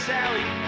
Sally